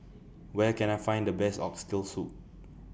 Where Can I Find The Best Oxtail Soup